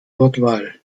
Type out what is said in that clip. wortwahl